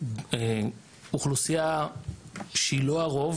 אוכלוסייה שהיא לא הרוב